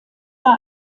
war